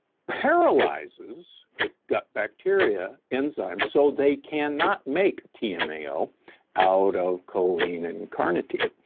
paralyzes gut bacteria enzymes so they cannot make tamo out of choline and carnitine.